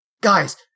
guys